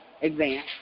exam